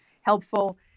helpful